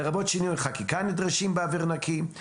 לרבות שינויי חקיקה נדרשים באוויר נקי.